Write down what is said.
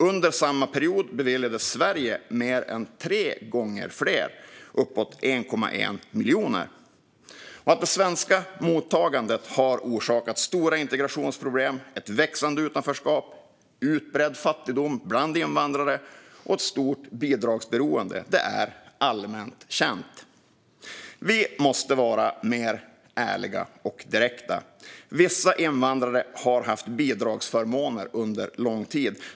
Under samma period beviljade Sverige mer än tre gånger fler, uppåt 1,1 miljoner. Att det svenska mottagandet har orsakat stora integrationsproblem, ett växande utanförskap, utbredd fattigdom bland invandrare och ett stort bidragsberoende är allmänt känt. Vi måste vara mer ärliga och direkta. Vissa invandrare har haft bidragsförmåner under lång tid.